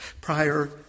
Prior